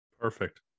Perfect